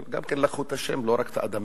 אבל לקחו גם את השם, לא רק את האדמה.